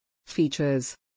Features